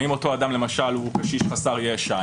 האם אותו אדם למשל הוא קשיש חסר ישע.